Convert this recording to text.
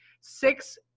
six